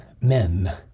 men